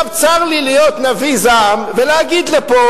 צר לי להיות נביא זעם ולהגיד פה,